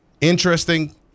interesting